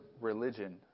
religion